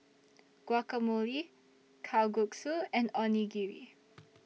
Guacamole Kalguksu and Onigiri